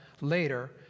later